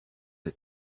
the